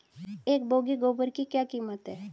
एक बोगी गोबर की क्या कीमत है?